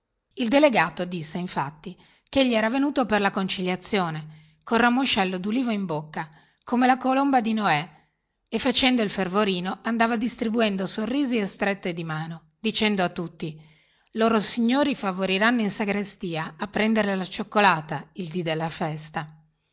il delegato disse infatti chegli era venuto per la conciliazione col ramoscello dulivo in bocca come la colomba di noè e facendo il fervorino andava distribuendo sorrisi e strette di mano e andava dicendo loro signori favoriranno in sagrestia a prendere la cioccolata il dì della festa